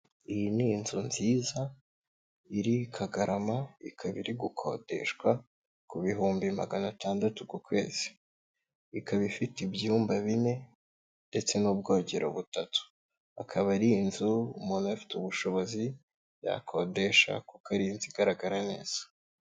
Iyi ni inzu nziza iri Kagarama ikaba iri gukodeshwa ku bihumbi magana atandatu ku kwezi, ikaba ifite ibyumba bine ndetse n'ubwogero butatu, akaba ari inzu umuntu afite ubushobozi yakodesha kuko ari inzu igaragara neza.